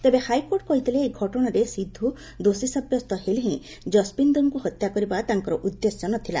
ତେବେ ହାଇକୋର୍ଟ କହିଥିଲେ ଏହି ଘଟଣାରେ ସିଧୁ ଦୋଷୀ ସାବ୍ୟସ୍ତ ହେଲେ ହେଁ ଯଶବୀନ୍ଦରଙ୍କୁ ହତ୍ୟା କରିବା ତାଙ୍କର ଉଦ୍ଦେଶ୍ୟ ନଥିଲା